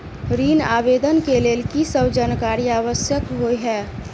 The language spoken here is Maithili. ऋण आवेदन केँ लेल की सब जानकारी आवश्यक होइ है?